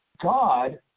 God